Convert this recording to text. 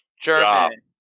German